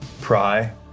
pry